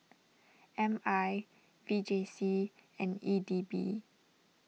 M I V J C and E D B